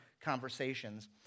conversations